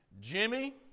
Jimmy